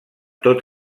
tot